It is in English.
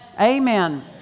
Amen